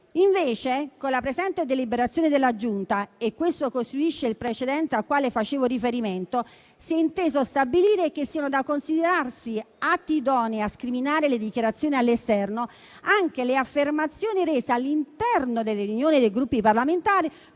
Invece, con la presente deliberazione della Giunta - e questo costituisce il precedente al quale facevo riferimento - si è teso a stabilire che siano da considerarsi atti idonei a scriminare le dichiarazioni all'esterno anche le affermazioni rese all'interno delle riunioni dei Gruppi parlamentari,